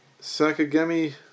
Sakagami